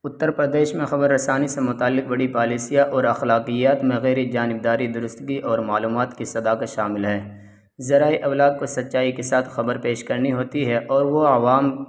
اتّر پردیش میں خبر رسانی سے متعلق بڑی پالیسیا اور اخلاقیات میں غیرجانبداری درستگی اور معلومات کی صداکت شامل ہے ذرائع ابلاغ کو سچائی کے ساتھ خبر پیش کرنی ہوتی ہے اور وہ عوام